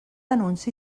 anunci